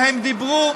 והם דיברו,